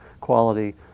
quality